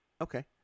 Okay